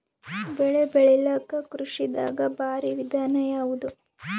ಬೆಳೆ ಬೆಳಿಲಾಕ ಕೃಷಿ ದಾಗ ಭಾರಿ ವಿಧಾನ ಯಾವುದು?